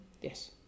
yes